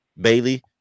Bailey